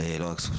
קושניר.